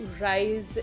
rise